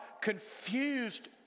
confused